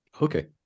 Okay